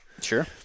Sure